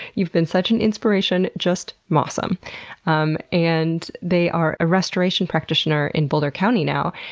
you've been such an inspiration, just moss some. um and they are a restoration practitioner in boulder county now.